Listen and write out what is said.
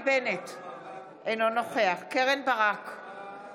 (קוראת בשמות חברי הכנסת)